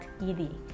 ed